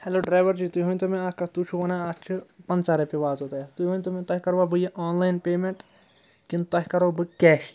hello driver ji تُہۍ ؤنۍ تَو مےٚ اَکھ کَتھ تُہۍ چھُو وَنان اَکھ چھِ پنٛژاہ رۄپیہِ واژو تۄہہِ تُہۍ ؤنۍ تَو مےٚ تۄہہِ کَرو بہٕ یہِ آنلایَن پیمٮ۪نٛٹ کِنہٕ تۄہہِ کَرو بہٕ کیش